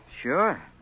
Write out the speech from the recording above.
Sure